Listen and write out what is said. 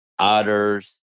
otters